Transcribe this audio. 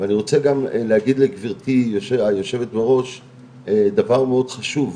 ואני רוצה גם להגיד לגברתי יושבת הראש דבר מאוד חשוב.